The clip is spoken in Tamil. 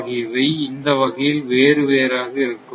ஆகியவை இந்த வகையில் வேறுவேறாக இருக்கும்